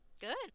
Good